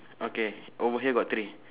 okay over here got three